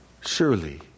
Surely